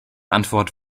antwort